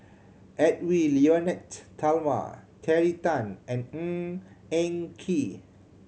Edwy Lyonet Talma Terry Tan and Ng Eng Kee